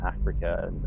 Africa